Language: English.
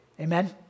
Amen